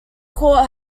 court